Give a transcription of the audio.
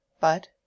But